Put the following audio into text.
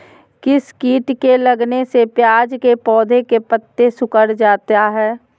किस किट के लगने से प्याज के पौधे के पत्ते सिकुड़ जाता है?